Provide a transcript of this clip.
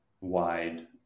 wide